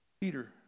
Peter